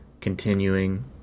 continuing